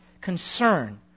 concern